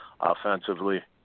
offensively